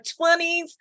20s